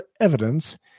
evidence